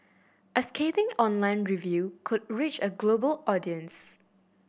a scathing online review could reach a global audience